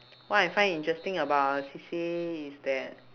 what I find interesting about our C_C_A is that